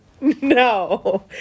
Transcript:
No